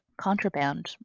contraband